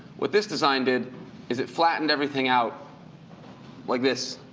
what this design did is it flattened everything out like this,